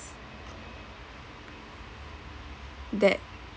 that